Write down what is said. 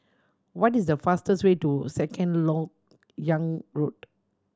what is the fastest way to Second Lok Yang Road